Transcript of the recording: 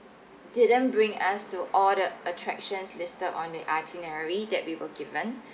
didn't bring us to all the attractions listed on the itinerary that we were given